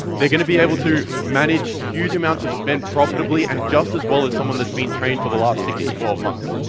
they're going to be able to manage huge amounts of spend profitably and just as well as someone that's been trained for the last six to twelve months.